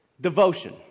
Devotion